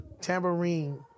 tambourine